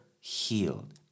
healed